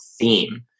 theme